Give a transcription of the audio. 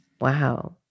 Wow